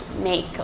make